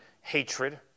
hatred